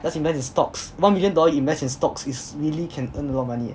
just invest in stocks one million dollars invest in stocks is really can earn a lot of money eh